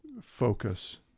focus